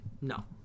No